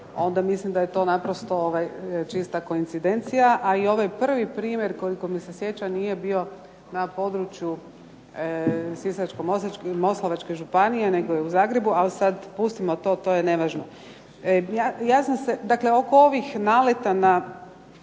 onda mislim da je to naprosto čista koincidencija. A i ovaj prvi primjer koliko se sjećam nije bio na području Sisačko-moslavačke županije, nego je u Zagrebu. Ali sada pustimo to, to je nevažno. Dakle, oko ovih naleta na